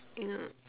you know